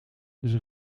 dus